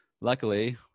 luckily